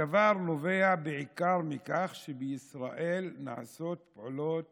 הדבר נובע בעיקר מכך שבישראל נעשות פעולות